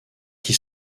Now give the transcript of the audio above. qui